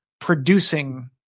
producing